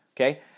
Okay